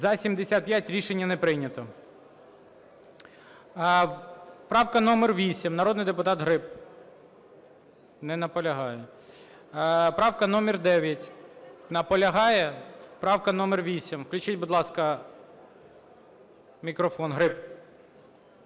За-75 Рішення не прийнято. Правка номер 8, народний депутат Гриб. Не наполягає. Правка номер 9… Наполягає? Правка номер 8, включіть, будь ласка, мікрофон Гриб.